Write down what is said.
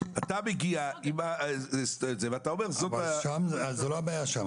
הבעיה היא לא שם.